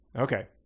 Okay